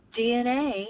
DNA